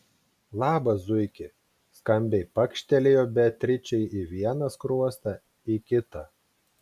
labas zuiki skambiai pakštelėjo beatričei į vieną skruostą į kitą